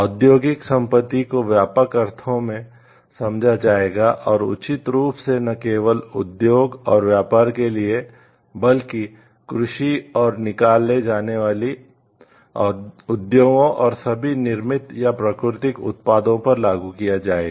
औद्योगिक संपत्ति को व्यापक अर्थों में समझा जाएगा और उचित रूप से न केवल उद्योग और व्यापार के लिए बल्कि कृषि और निकालने वाले उद्योगों और सभी निर्मित या प्राकृतिक उत्पादों पर लागू किया जाएगा